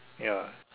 ya